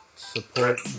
support